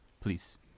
Please